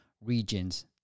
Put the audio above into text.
regions